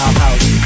house